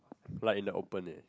like in the open eh